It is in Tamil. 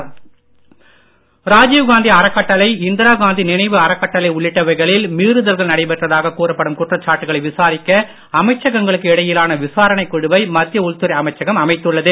முறைகேடு ராஜுவ் காந்தி அறக்கட்டளை இந்திரா காந்தி நினைவு அறக்கட்டளை உள்ளிட்டவைகளில் மீறுதல்கள் நடைபெற்றதாக கூறப்படும் குற்றச்சாட்டுகளை விசாரிக்க அமைச்சகங்களுக்கு இடையிலான விசாரணைக் குழுவை மத்திய உள்துறை அமைச்சகம் அமைத்துள்ளது